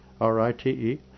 r-i-t-e